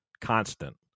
Constant